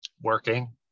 Working